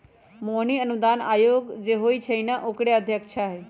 मोहिनी अनुदान आयोग जे होई छई न ओकरे अध्यक्षा हई